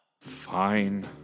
Fine